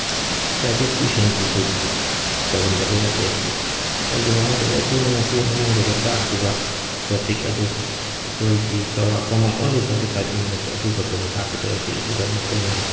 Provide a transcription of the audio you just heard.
private ꯇ꯭ꯌꯨꯁꯟꯁꯤꯁꯨ ꯇꯧꯍꯟꯗꯕ ꯌꯥꯗꯦ ꯀꯔꯤꯒꯤꯅꯣ ꯍꯥꯏꯔꯒꯗꯤ ꯑꯩꯈꯣꯏꯅ ꯉꯁꯤ ꯑꯉꯥꯡꯗꯨꯗ ꯇꯥꯛꯈ꯭ꯔꯤꯕ ꯇꯣꯄꯤꯛ ꯑꯗꯨ ꯑꯩꯈꯣꯏꯗꯤ ꯆꯥꯎꯔꯥꯛꯄ ꯑꯃ ꯑꯣꯟꯂꯤ ꯐꯣꯔꯇꯤ ꯐꯥꯏꯚ ꯃꯤꯅꯠꯁ ꯑꯗꯨꯈꯛꯇꯅꯤ ꯇꯥꯛꯈꯤꯗꯧꯔꯤꯁꯤ ꯑꯗꯨꯗ ꯃꯣꯈꯣꯏꯅ